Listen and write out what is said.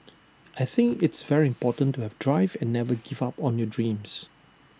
I think it's very important to have drive and never give up on your dreams